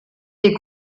des